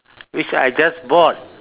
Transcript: which I just bought